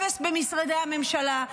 אפס במשרדי הממשלה,